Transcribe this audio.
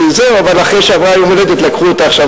אבל אחרי שעבר יום ההולדת לקחו עכשיו,